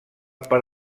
per